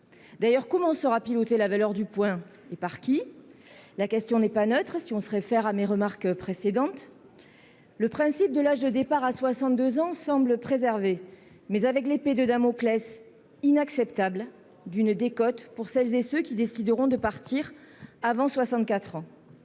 D'ailleurs, comment la valeur du point sera-t-elle pilotée, et par qui ? La question n'est pas neutre, si l'on se réfère à mes remarques précédentes. Le principe du départ à 62 ans semble préservé, mais avec l'épée de Damoclès inacceptable d'une décote pour celles et ceux qui décideront de partir avant 64 ans.